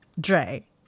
Dre